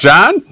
John